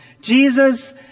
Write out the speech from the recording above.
Jesus